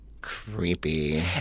Creepy